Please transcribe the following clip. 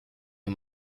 est